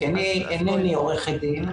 כי אני אינני עורכת דין,